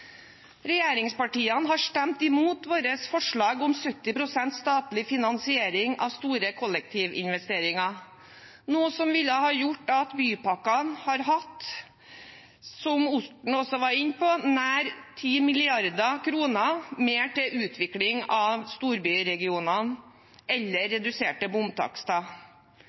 Regjeringspartiene har stemt imot våre forslag om 70 pst. statlig finansiering av store kollektivinvesteringer, noe som ville ha gjort at bypakkene ville hatt, som Orten også var inne på, nær 10 mrd. kr mer til utvikling av storbyregionene eller reduserte bomtakster.